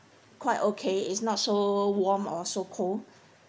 quite okay it's not so warm or so cold